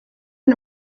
and